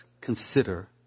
consider